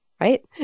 right